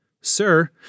Sir